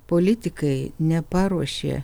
politikai neparuošė